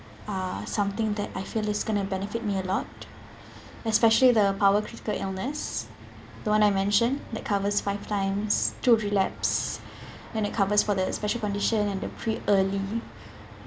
are something that I feel is going to benefit me a lot especially the power critical illness the one I mention that covers five times to relapse then it covers for the special condition and the pre early